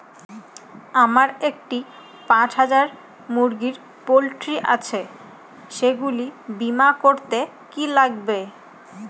আমার একটি পাঁচ হাজার মুরগির পোলট্রি আছে সেগুলি বীমা করতে কি লাগবে?